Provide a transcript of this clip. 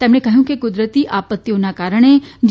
તેમણે કહ્યું કે કુદરતી આપત્તિઓના કારણે જી